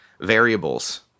variables